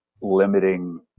limiting